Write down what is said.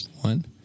One